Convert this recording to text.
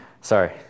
Sorry